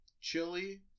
Chili